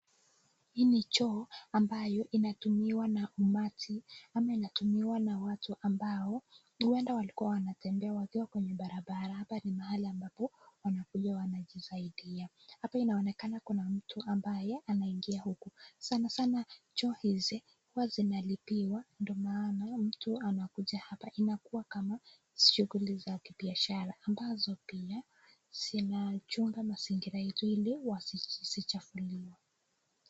Hii ni choo ambayo inatumiwa na umati ama inatumiwa na watu ambao huenda walikuwa wanatembea wakiwa kwenye barabara. Hapa ni mahali ambapo wanakuja wanajisaidia. Hapa inaonekana kuna mtu ambaye anaingia huku. Sana sana choo hizi huwa zinalipiwa. Ndio maana mtu anakuja hapa. Inakuwa kama shughuli za kibiashara ambazo pia zinachunga mazingira yetu ili wasichafuliwe.